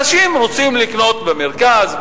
אנשים רוצים לקנות במרכז,